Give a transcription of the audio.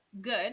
good